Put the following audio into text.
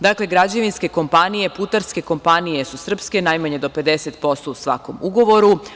Dakle, građevinske kompanije, putarske kompanije su srpske, najmanje do 50% u svakom ugovoru.